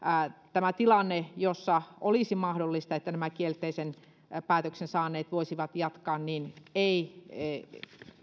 tämä tilanne jossa olisi mahdollista että nämä kielteisen päätöksen saaneet voisivat jatkaa ei